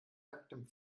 nacktem